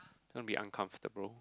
going to be uncomfortable